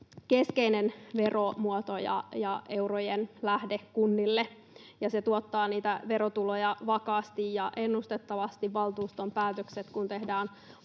keskeinen veromuoto ja eurojen lähde kunnille, ja se tuottaa verotuloja vakaasti ja ennustettavasti. Valtuuston päätökset kun tehdään